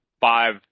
Five